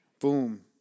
Boom